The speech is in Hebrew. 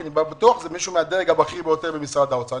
אני בטוח שזה מישהו מהדרג הבכיר ביותר במשרד האוצר.